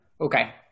Okay